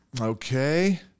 okay